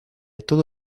todo